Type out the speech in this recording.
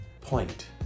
point